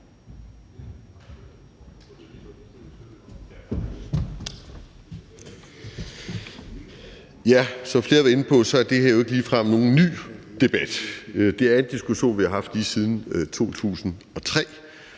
Som flere har været inde på, er det her jo ikke ligefrem nogen ny debat. Det er en diskussion, vi har haft lige siden 2003,